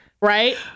right